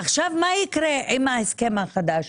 עכשיו מה יקרה עם ההסכם החדש?